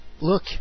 Look